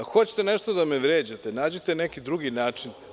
Ako hoćete nešto da me vređate, nađite neki drugi način.